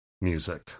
music